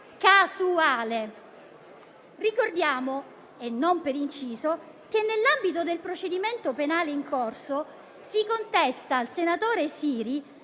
casuale. Ricordiamo - e non per inciso - che, nell'ambito del procedimento penale in corso, si contesta al senatore Siri